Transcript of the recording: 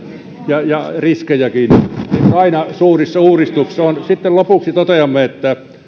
ja ja riskejäkin niin kuin aina suurissa uudistuksissa on sitten lopuksi toteamme että